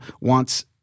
wants –